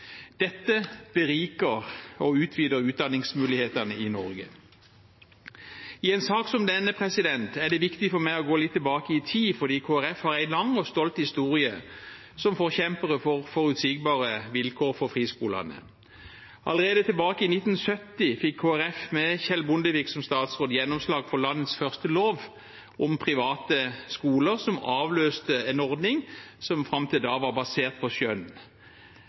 Dette beriker og utvider utdanningsmulighetene i Norge. I en sak som denne er det viktig for meg å gå litt tilbake i tid, for Kristelig Folkeparti har en lang og stolt historie som forkjemper for forutsigbare vilkår for friskolene. Allerede tilbake i 1970 fikk Kristelig Folkeparti, med Kjell Bondevik som statsråd, gjennomslag for landets første lov om private skoler, som avløste en ordning som fram til da var basert på